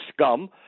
scum